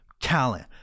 talent